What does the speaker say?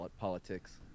politics